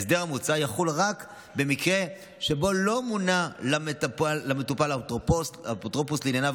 ההסדר המוצע יחול רק במקרה שבו לא מונה למטופל אפוטרופוס לענייניו